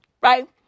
Right